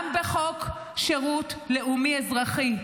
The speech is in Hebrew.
גם בחוק שירות לאומי אזרחי,